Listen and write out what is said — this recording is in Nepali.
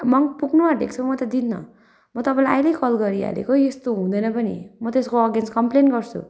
मङ्पू पुग्नुआँटेको छु म त दिन्नँ म तपाईँलाई अहिले कल गरिहालेको यस्तो हुँदैन पनि म त यसको अगेन्स्ट कम्प्लेन गर्छु